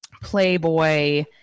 Playboy